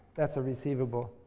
that's a receivable.